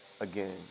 again